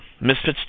Misfits